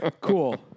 Cool